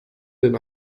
den